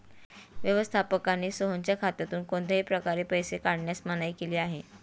व्यवस्थापकाने सोहनच्या खात्यातून कोणत्याही प्रकारे पैसे काढण्यास मनाई केली आहे